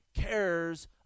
cares